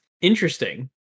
interesting